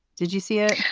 did you see it?